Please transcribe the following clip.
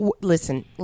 listen